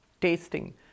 tasting